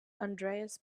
andreas